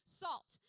salt